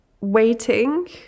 waiting